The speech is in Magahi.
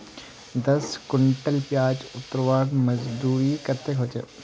दस कुंटल प्याज उतरवार मजदूरी कतेक होचए?